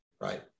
right